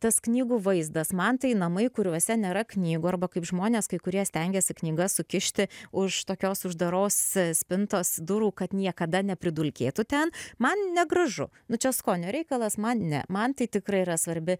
tas knygų vaizdas man tai namai kuriuose nėra knygų arba kaip žmonės kai kurie stengiasi knygas sukišti už tokios uždaros spintos durų kad niekada nepridulkėtų ten man negražu nu čia skonio reikalas man ne man tai tikrai yra svarbi